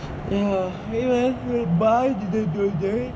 ya even bai didn't know that